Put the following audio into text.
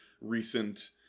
recent